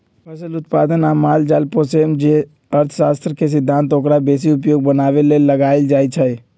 फसल उत्पादन आ माल जाल पोशेमे जे अर्थशास्त्र के सिद्धांत ओकरा बेशी उपयोगी बनाबे लेल लगाएल जाइ छइ